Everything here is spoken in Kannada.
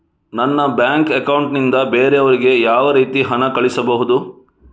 ನನ್ನ ಬ್ಯಾಂಕ್ ಅಕೌಂಟ್ ನಿಂದ ಬೇರೆಯವರಿಗೆ ಯಾವ ರೀತಿ ಹಣ ಕಳಿಸಬಹುದು?